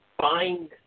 find